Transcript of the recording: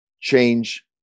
change